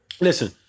Listen